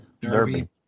Derby